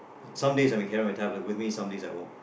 some days I may carry my tablet with me some days I won't